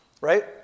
right